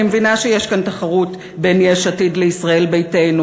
אני מבינה שיש כאן תחרות בין יש עתיד לישראל ביתנו